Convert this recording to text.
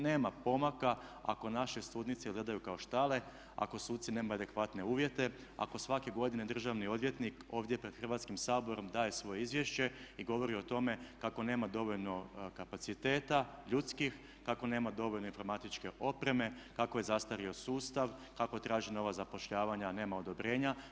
Nema pomaka ako naše sudnice izgledaju kao štale, ako suci nemaju adekvatne uvjete, ako svake godine državni odvjetnik ovdje pred Hrvatskim saborom daje svoje izvješće i govori o tome kako nema dovoljno kapaciteta ljudskih, kako nema dovoljno informatičke opreme, kako je zastario sustav, kako traže nova zapošljavanja a nema odobrenja.